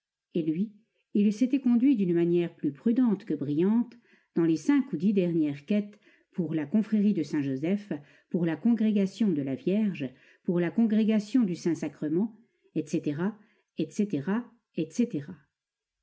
et lui il s'était conduit d'une manière plus prudente que brillante dans les cinq ou dix dernières quêtes pour la confrérie de saint-joseph pour la congrégation de la vierge pour la congrégation du saint-sacrement etc etc etc